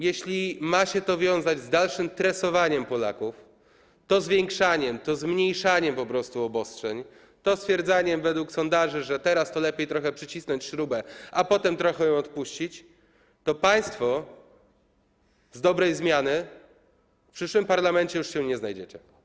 Jeśli ma się to wiązać z dalszym tresowaniem Polaków, to zwiększaniem, to zmniejszaniem po prostu obostrzeń, stwierdzaniem na podstawie sondaży, że teraz lepiej trochę przycisnąć śrubę, a potem trochę ją odpuścić, to państwo od dobrej zmiany w przyszłym parlamencie już się nie znajdziecie.